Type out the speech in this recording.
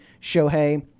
Shohei